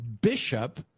bishop